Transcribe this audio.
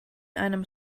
einem